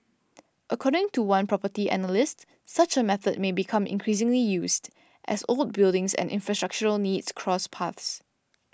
according to one property analyst such a method may become increasingly used as old buildings and infrastructural needs cross paths